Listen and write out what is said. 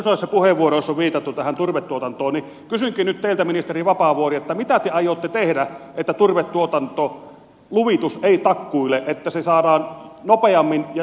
useissa puheenvuoroissa on viitattu tähän turvetuotantoon joten kysynkin nyt teiltä ministeri vapaavuori mitä te aiotte tehdä että turvetuotantoluvitus ei takkuile ja että se saadaan nopeammin ja joustavammin toimimaan